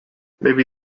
maybe